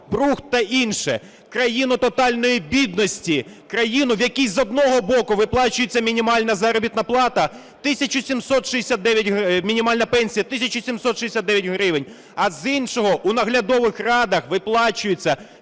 брухт та інше. Країну тотальної бідності. Країну, в якій, з одного боку, виплачується мінімальна заробітна плата… мінімальна пенсія 1 тисяча 769 гривень, а з іншого, у наглядових радах виплачуються